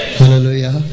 Hallelujah